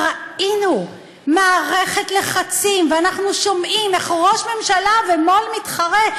ראינו מערכת לחצים ואנחנו שומעים איך ראש ממשלה ומו"ל מתחרה,